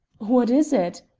what is it?